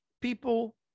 people